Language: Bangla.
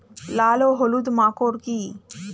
লাল ও হলুদ মাকর কী?